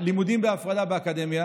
על לימודים בהפרדה באקדמיה